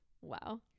Wow